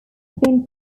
been